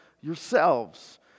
yourselves